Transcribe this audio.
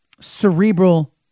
cerebral